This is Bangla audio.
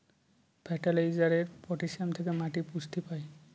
ফার্টিলাইজারে পটাসিয়াম থেকে মাটি পুষ্টি পায়